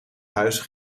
huis